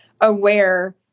aware